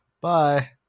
Bye